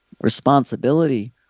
responsibility